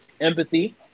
empathy